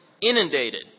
inundated